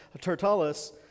Tertullus